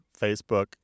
Facebook